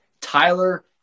Tyler